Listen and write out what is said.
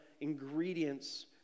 ingredients